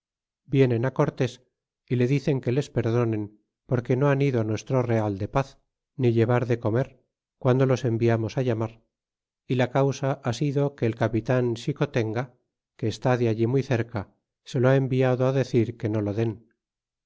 vienen cortés y le dicen que les perdonen porque no han ido nuestro real de paz ni llevar de comer guando los enviamos llamar y la causa ha sido que el capitan xicotenga que está de allí muy cerca se lo ha enviado a decir que no lo den